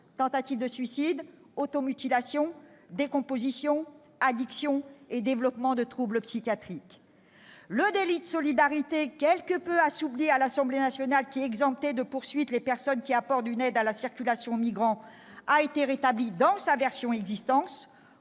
tentatives de suicide, automutilations, décomposition, addictions et développement de troubles psychiatriques. Le délit de solidarité, quelque peu assoupli par l'Assemblée nationale, qui avait exempté de poursuites les personnes qui apportent une aide à la circulation aux migrants, a été rétabli dans sa version existante,